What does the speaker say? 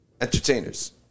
entertainers